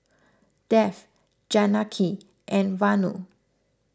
Dev Janaki and Vanu